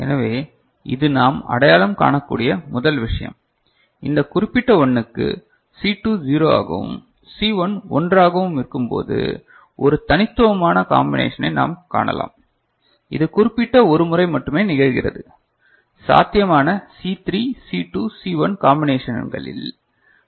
எனவே இது நாம் அடையாளம் காணக்கூடிய முதல் விஷயம் இந்த குறிப்பிட்ட 1 க்கு சி 2 0 ஆகவும் சி 1 1 ஆகவும் இருக்கும்போது ஒரு தனித்துவமான காம்பினேஷனை நாம் காணலாம் இது குறிப்பிட்ட ஒரு முறை மட்டுமே நிகழ்கிறது சாத்தியமான சி 3 சி 2 சி 1 காம்பினேஷன்களில்